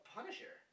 Punisher